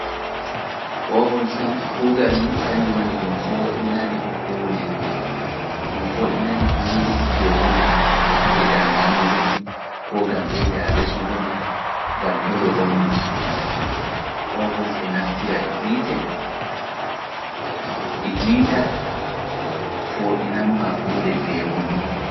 Ovons kam kuugal mum kañjun woni ɗum foo'inai huunde peewunde, gam ɓeydaa ñaamugo nde, koo gam ɓeydaa resugo nde, gam to nde wonnoo. Ovuns e naftira e hiita fo'inanma huunde peewunde.